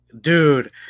dude